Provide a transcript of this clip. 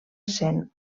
essent